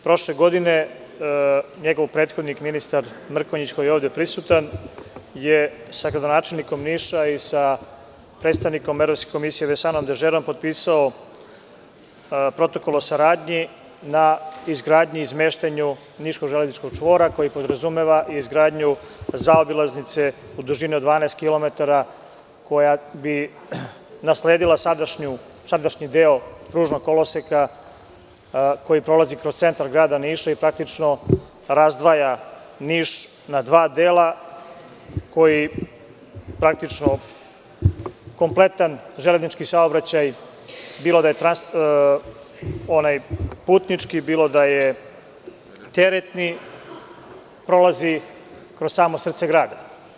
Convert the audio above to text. Prošle godine njegov prethodnik, ministar Mrkonjić, koji je ovde prisutan je sa gradonačelnikom Niša i sa predstavnikom evropske komisije Vensanom Dežerom potpisao protokol o saradnji na izgradnji i izmeštanju niškog železničkog čvora koji podrazumeva i izgradnju zaobilaznice u dužini od 12 kilometara koja bi nasledila sadašnji deo kružnog koloseka, koji prolazi kroz centar grada Niša i praktično razdvaja Niš na dva dela, koji praktično kompletan železnički saobraćaj, bilo da je putnički, bilo da je teretni, prolazi kroz samo srce grada.